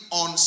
on